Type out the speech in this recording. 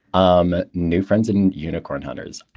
um new friends and unicorn hunters.